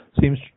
seems